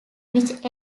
which